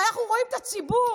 אנחנו רואים את הציבור,